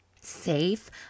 safe